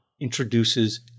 introduces